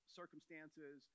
circumstances